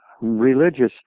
religious